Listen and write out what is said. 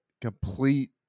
complete